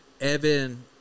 Evan